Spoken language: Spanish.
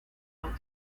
audio